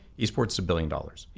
esports is a billion dollars,